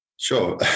Sure